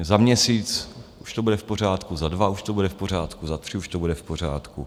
Za měsíc už to bude v pořádku, za dva už to bude v pořádku, za tři už to bude v pořádku.